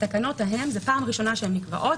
התקנות ההן זו פעם ראשונה שהן נקבעות,